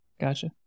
gotcha